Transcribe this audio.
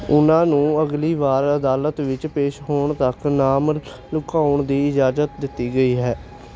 ਉਨ੍ਹਾਂ ਨੂੰ ਅਗਲੀ ਵਾਰ ਅਦਾਲਤ ਵਿੱਚ ਪੇਸ਼ ਹੋਣ ਤੱਕ ਨਾਮ ਲੁਕਾਉਣ ਦੀ ਇਜਾਜ਼ਤ ਦਿੱਤੀ ਗਈ ਹੈ